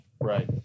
Right